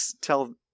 tell